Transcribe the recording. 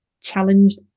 challenged